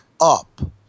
up